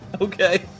okay